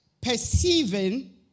perceiving